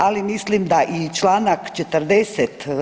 Ali mislim da i članak 40.